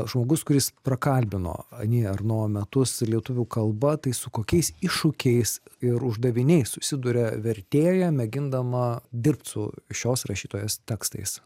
žmogus kuris prakalbino ani erno metus lietuvių kalba tai su kokiais iššūkiais ir uždaviniais susiduria vertėja mėgindama dirbt su šios rašytojos tekstais